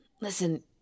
listen